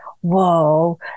whoa